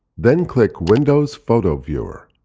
then click windows photo viewer.